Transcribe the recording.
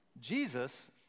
Jesus